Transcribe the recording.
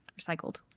recycled